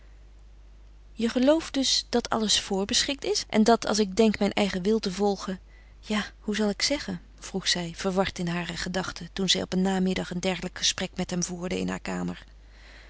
je gelooft dus dat alles voorbeschikt is en dat als ik denk mijn eigen wil te volgen ja hoe zal ik zeggen vroeg zij verward in hare gedachten toen zij op een namiddag een dergelijk gesprek met hem voerde in haar kamer